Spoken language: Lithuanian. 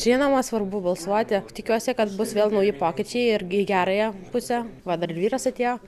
žinoma svarbu balsuoti tikiuosi kad bus vėl nauji pokyčiai irgi į gerąją pusę va dar vyras atėjo